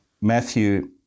Matthew